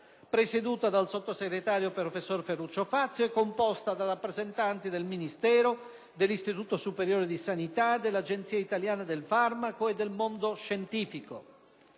presieduta dal sottosegretario professor Ferruccio Fazio, e composta da rappresentanti del Ministero, dell'Istituto superiore di sanità, dell'Agenzia italiana del farmaco e del mondo scientifico.